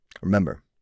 remember